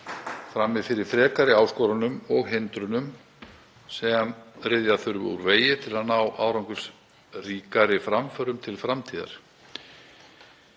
frammi fyrir frekari áskorunum og hindrunum sem ryðja þarf úr vegi til að ná árangursríkari framförum til framtíðar.